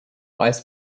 eis